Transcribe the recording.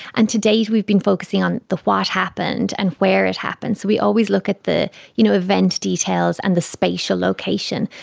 and to date we've been focusing on the what happened and where it happened. so we always look at the you know event details and the spatial location.